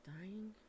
dying